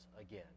again